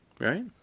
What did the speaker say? Right